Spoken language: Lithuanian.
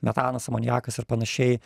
metanas amoniakas ir panašiai